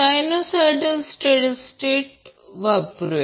sinusoidal steady state वापरूया